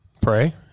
pray